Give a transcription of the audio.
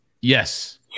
Yes